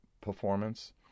performance